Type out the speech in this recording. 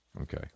Okay